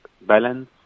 balance